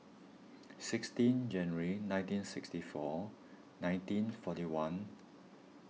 sixteen January nineteen sixty nine nineteen forty one